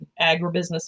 agribusiness